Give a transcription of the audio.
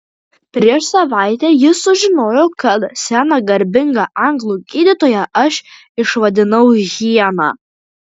prieš savaitę jis sužinojo kad seną garbingą anglų gydytoją aš išvadinau hiena